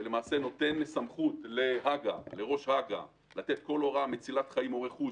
שלמעשה נותן סמכות לראש הג"א לתת כל הוראה מצילת חיים או רכוש,